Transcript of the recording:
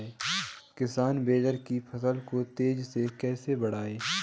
किसान बाजरे की फसल को तेजी से कैसे बढ़ाएँ?